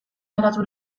geratu